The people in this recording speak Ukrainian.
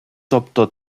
тобто